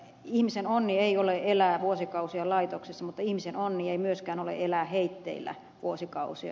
ihmisen onni ei ole elää vuosikausia laitoksessa mutta ihmisen onni ei myöskään ole elää heitteillä vuosikausia